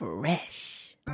Fresh